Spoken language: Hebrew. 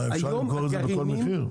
אפשר למכור את זה בכל מחיר?